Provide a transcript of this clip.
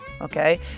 Okay